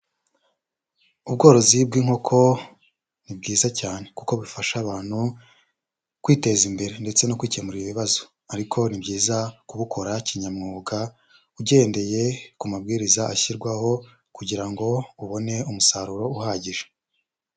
Ubworozi bw'inkoko ni bwiza cyane kuko bufasha abantu kwiteza imbere ndetse no kwikemura ibibazo ariko ni byiza kubukora kinyamwuga, ugendeye ku mabwiriza ashyirwaho kugira ngo ubone umusaruro uhagije.